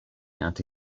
anti